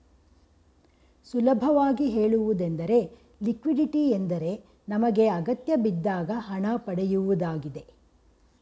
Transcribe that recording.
ಸುಲಭವಾಗಿ ಹೇಳುವುದೆಂದರೆ ಲಿಕ್ವಿಡಿಟಿ ಎಂದರೆ ನಮಗೆ ಅಗತ್ಯಬಿದ್ದಾಗ ಹಣ ಪಡೆಯುವುದಾಗಿದೆ